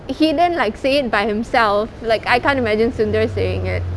he then like say it by himself like I can't imagine sundar saying it